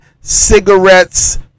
cigarettes